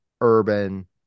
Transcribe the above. urban